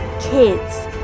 kids